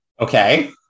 okay